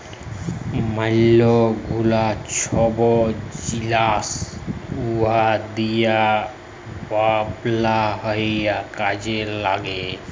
ম্যালা গুলা ছব জিলিস উড দিঁয়ে বালাল হ্যয় কাজে ল্যাগে